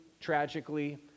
tragically